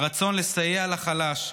ברצון לסייע לחלש,